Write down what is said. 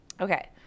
Okay